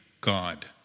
God